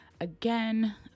Again